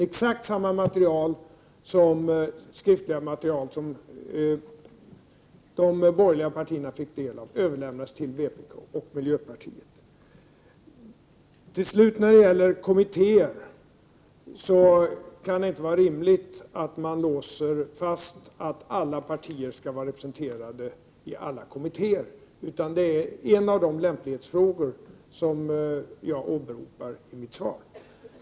Exakt samma skriftliga material som de borgerliga partierna fick del av överlämnades dock till vpk och miljöpartiet. Till sist, när det gäller kommittéer kan det inte vara rimligt att man låser fast att alla partier skall vara representerade i alla kommittéer. Det är i stället en av de lämplighetsfrågor som jag åberopar i mitt svar.